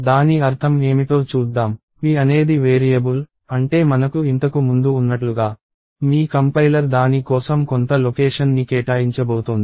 దాని అర్థం ఏమిటో చూద్దాం p అనేది వేరియబుల్ అంటే మనకు ఇంతకు ముందు ఉన్నట్లుగా మీ కంపైలర్ దాని కోసం కొంత లొకేషన్ ని కేటాయించబోతోంది